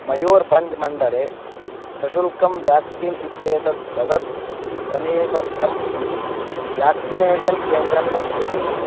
मयूर्भञ्ज् मण्डले सशुल्कं व्याक्सीन् इत्येतत् ददत् समीपस्थं व्याक्सिनेषन् केन्द्रम् अस्ति किम्